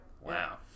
Wow